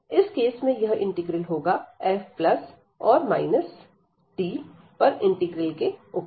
इस केस में यह इंटीग्रल होगा f प्लस और माइनस D पर इंटीग्रल के ऊपर